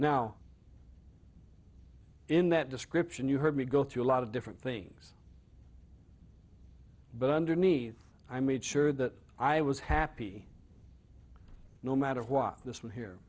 now in that description you heard me go through a lot of different things but underneath i made sure that i was happy no matter what this one here